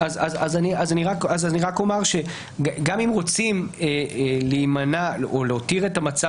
אני רק אומר שגם אם רוצים להימנע או להותיר את המצב